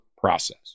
process